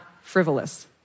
frivolous